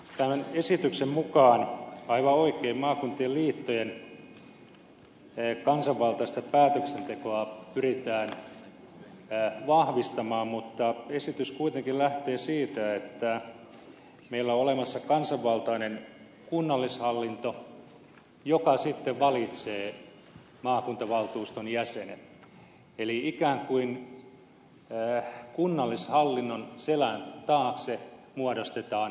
tämän esityksen mukaan aivan oikein maakuntien liittojen kansanvaltaista päätöksentekoa pyritään vahvistamaan mutta esitys kuitenkin lähtee siitä että meillä on olemassa kansanvaltainen kunnallishallinto joka sitten valitsee maakuntavaltuuston jäsenet eli ikään kuin kunnallishallinnon selän taakse muodostetaan maakuntahallinto